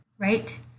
right